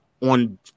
on